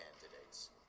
candidates